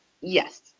Yes